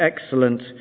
excellent